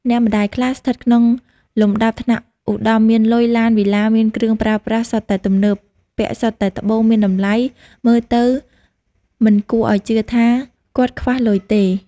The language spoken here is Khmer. អ្នកម្ដាយខ្លះ ស្ថិតក្នុងលំដាប់ថ្នាក់ឧត្ដមមានលុយ ឡាន វីឡា មានគ្រឿងប្រើប្រាស់សុទ្ធតែទំនើប ពាក់សុទ្ធតែត្បូងមានតម្លៃ មើលទៅមិនគួរឲ្យជឿថា គាត់ខ្វះលុយទេ ។